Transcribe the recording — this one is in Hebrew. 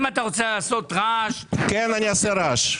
אם אתה רוצה לעשות רעש --- כן, אני אעשה רעש.